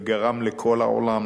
וגרם לכל העולם,